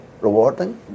rewarding